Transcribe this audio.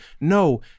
No